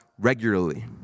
regularly